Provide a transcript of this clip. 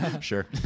Sure